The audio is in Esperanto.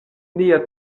nia